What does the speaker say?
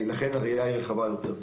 לכן הראייה היא רחבה יותר.